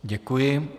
Děkuji.